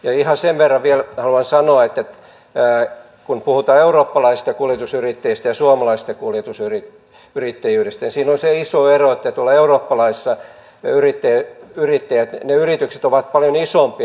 ja ihan sen verran vielä haluan sanoa että kun puhutaan eurooppalaisista kuljetusyrittäjistä ja suomalaisesta kuljetusyrittäjyydestä niin siinä on se iso ero että tuolla euroopassa ne yritykset ovat paljon isompia